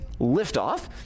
liftoff